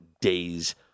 days